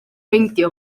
meindio